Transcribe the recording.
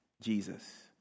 Jesus